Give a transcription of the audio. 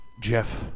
Jeff